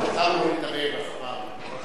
באוצר הוא לא מתערב אף פעם.